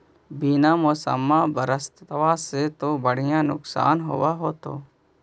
बिन मौसम बरसतबा से तो बढ़िया नुक्सान होब होतै?